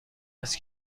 است